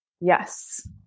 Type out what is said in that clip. yes